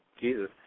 Jesus